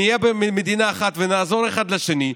נהיה במדינה אחת ונעזור אחד לשני,